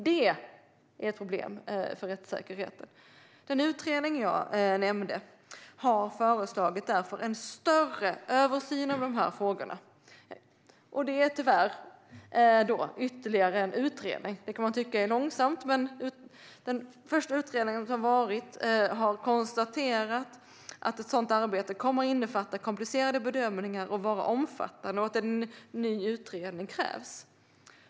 Det är ett problem för rättssäkerheten. Den utredning som jag nämnde har därför föreslagit en större översyn av dessa frågor. Det är då tyvärr ytterligare en utredning. Det kan man tycka är långsamt. Men den första utredningen har konstaterat att ett sådant här arbete kommer att innefatta komplicerade bedömningar och vara omfattande och att en ny utredning krävs.